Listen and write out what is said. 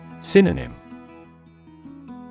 Synonym